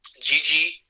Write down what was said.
Gigi